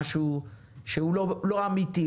משהו שהוא לא אמיתי,